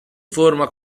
forma